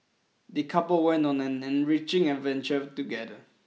the couple went on an enriching adventure together